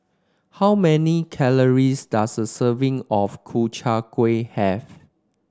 how many calories does a serving of Ku Chai Kuih have